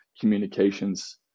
communications